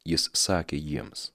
jis sakė jiems